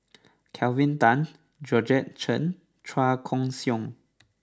Kelvin Tan Georgette Chen Chua Koon Siong